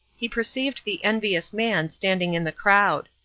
he perceived the envious man standing in the crowd.